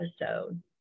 episode